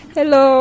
Hello